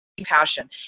passion